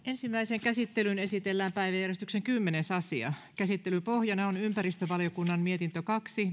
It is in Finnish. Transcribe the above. ensimmäiseen käsittelyyn esitellään päiväjärjestyksen kymmenes asia käsittelyn pohjana on ympäristövaliokunnan mietintö kaksi